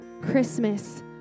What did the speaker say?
Christmas